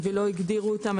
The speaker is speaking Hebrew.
רק לא הגדירו אותם,